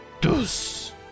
dus